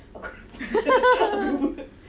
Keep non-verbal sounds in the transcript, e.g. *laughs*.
*laughs*